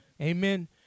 Amen